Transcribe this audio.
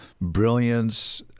brilliance